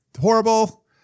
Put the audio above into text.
Horrible